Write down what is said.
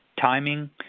Timing